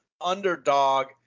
underdog